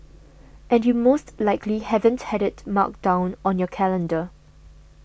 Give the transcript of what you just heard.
and you most likely haven't had it marked down on your calendar